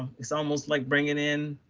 it's almost like bringing in